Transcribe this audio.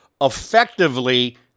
effectively